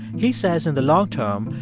he says in the long term,